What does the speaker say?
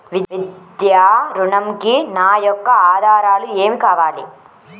విద్యా ఋణంకి నా యొక్క ఆధారాలు ఏమి కావాలి?